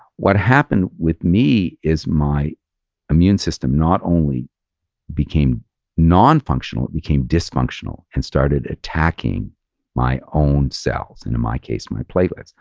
what happened with me is my immune system not only became nonfunctional, it became dysfunctional and started attacking my own cells. in my case, my platelets,